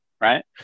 right